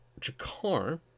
Jakar